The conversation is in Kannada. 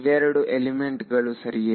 ಇವೆರಡು ಎಲಿಮೆಂಟ್ ಗಳು ಸರಿಯೇ